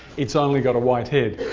it's only got a white head.